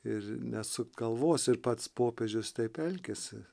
ir nesukt galvos ir pats popiežius taip elgiasi